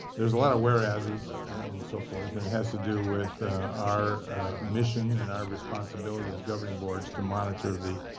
there's a lot of whereases and so forth. and it has to do with our mission and our responsibility as governing boards to monitor the